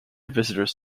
visitors